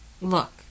Look